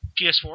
ps4